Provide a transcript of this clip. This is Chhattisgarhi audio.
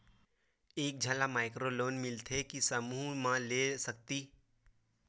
एक झन ला माइक्रो लोन मिलथे कि समूह मा ले सकती?